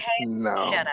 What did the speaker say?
no